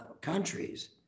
countries